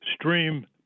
Stream